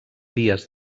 vies